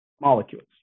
molecules